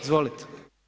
Izvolite.